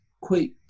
quick